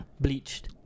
bleached